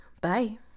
Bye